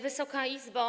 Wysoka Izbo!